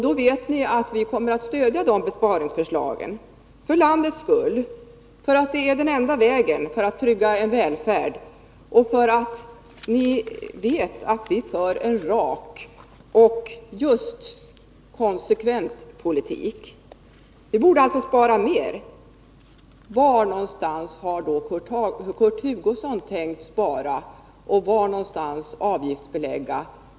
Ni vet då att vi kommer att stödja de besparingsförslagen — för landets skull, för att det är den enda vägen att trygga välfärden och för att vi för en rak och just konsekvent politik. Vi borde kunna spara mer. Var någonstans har då Kurt Hugosson tänkt spara, vad har Kurt Hugosson tänkt avgiftsbelägga?